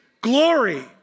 glory